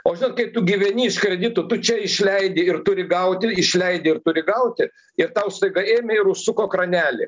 o kai tu gyveni iš kreditų tu čia išleidi ir turi gauti išleidi ir turi gauti ir tau staiga ėmė ir užsuko kranelį